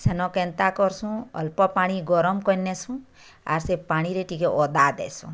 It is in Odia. ସେନ କେନ୍ତା କରସୁଁ ଅଳ୍ପ ପାଣି ଗରମ୍ କରିନିଆସୁଁ ଆର୍ ସେ ପାଣି ରେ ଟିକେ ଅଦା ଦେଶୁଁ